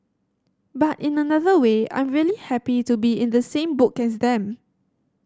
but in another way I'm really happy to be in the same book as them